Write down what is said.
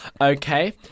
Okay